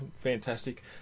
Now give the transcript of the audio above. fantastic